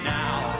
now